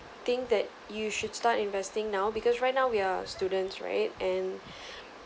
think that you should start investing now because right now we are students right and